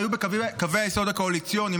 שהיו בקווי היסוד הקואליציוניים.